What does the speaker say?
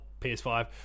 PS5